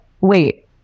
wait